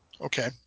Okay